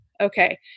Okay